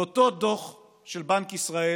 באותו דוח של בנק ישראל